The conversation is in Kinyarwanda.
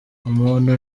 umuntu